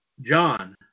john